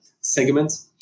segments